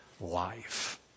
life